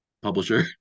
publisher